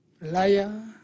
liar